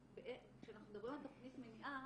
כשאנחנו מדברים על תוכנית מניעה,